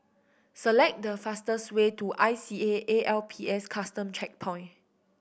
select the fastest way to I C A A L P S Custom Checkpoint